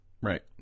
Right